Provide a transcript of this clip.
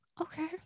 okay